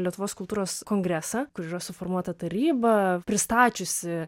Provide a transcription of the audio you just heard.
lietuvos kultūros kongresą kur yra suformuota taryba pristačiusi